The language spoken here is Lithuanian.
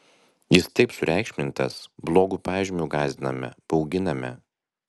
jis taip sureikšmintas blogu pažymiu gąsdiname bauginame